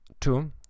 Two